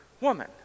woman